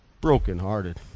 Brokenhearted